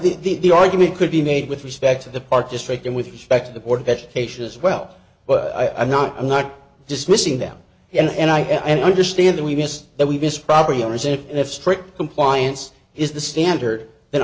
think the argument could be made with respect to the park district and with respect to the board of education as well but i'm not i'm not dismissing them and i and i understand that we missed that we missed probably our exam and if strict compliance is the standard then